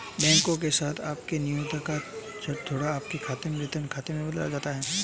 bank के साथ आपके नियोक्ता का गठजोड़ आपके खाते को वेतन खाते में बदल सकता है